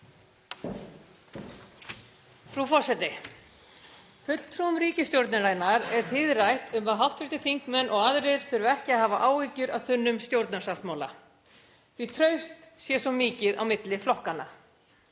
Frú forseti. Fulltrúum ríkisstjórnarinnar er tíðrætt um að hv. þingmenn og aðrir þurfi ekki að hafa áhyggjur af þunnum stjórnarsáttmála því að traust sé svo mikið á milli flokkanna.